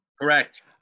correct